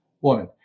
woman